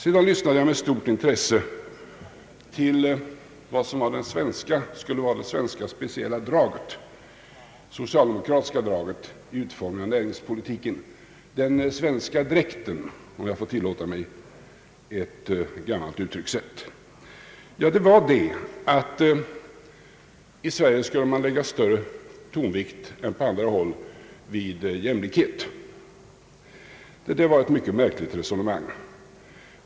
Jag lyssnade med stort intresse till vad som skulle vara det speciella svenska socialdemokratiska draget i utformningen av näringspolitiken; den svenska dräkten, om jag får tillåta mig att använda ett gammalt uttryckssätt. Det skulle vara, att man i Sverige skulle lägga större tonvikt vid jämlikhet än på andra håll. Detta var ett mycket märkligt resonemang.